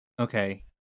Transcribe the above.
Okay